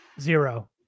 zero